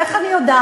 ואיך אני יודעת?